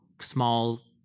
small